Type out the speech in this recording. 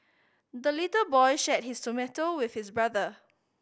the little boy shared his tomato with his brother